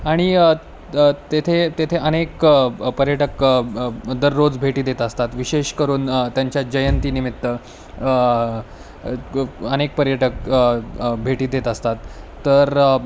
आणि तेथे तेथे अनेक पर्यटक दररोज भेटी देत असतात विशेष करून त्यांच्या जयंतीनिमित्त अनेक पर्यटक भेटी देत असतात तर